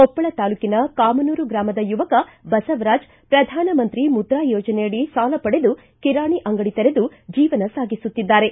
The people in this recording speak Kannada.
ಕೊಪ್ಪಳ ತಾಲೂಕಿನ ಕಾಮನೂರು ಗ್ರಾಮದ ಯುವಕ ಬಸವರಾಜ ಶ್ರಧಾನ ಮಂತ್ರಿ ಮುದ್ರಾ ಯೋಜನೆಯಡಿ ಸಾಲ ಪಡೆದು ಕಿರಾಣಿ ಅಂಗಡಿ ತೆರೆದು ಜೀವನ ಸಾಗಿಸುತ್ತಿದ್ದಾರೆ